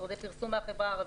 משרדי פרסום מהחברה הערבית,